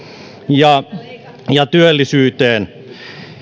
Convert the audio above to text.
ja ja työllisyyteen